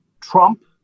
Trump